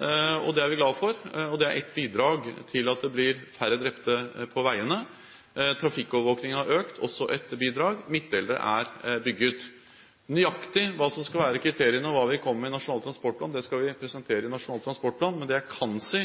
Det er vi glad for. Det er ett bidrag til at det blir færre drepte på veiene. Trafikkovervåkningen har økt. Det er også et bidrag. Midtdelere er bygd. Nøyaktig hva som skal være kriteriene, og hva vi kommer med i Nasjonal transportplan, skal vi presentere i Nasjonal transportplan. Men det jeg kan si,